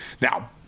Now